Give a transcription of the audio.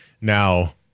Now